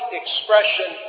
expression